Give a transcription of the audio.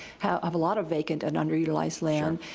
have a lot of vacant and underutilized land,